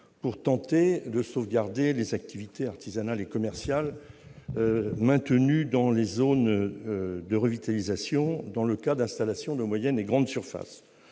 nous tentons de sauvegarder les activités artisanales et commerciales maintenues dans les zones de revitalisation en cas d'installation de moyennes et grandes surfaces.